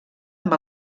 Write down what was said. amb